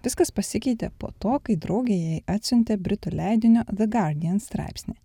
viskas pasikeitė po to kai draugė jai atsiuntė britų leidinio the guardian straipsnį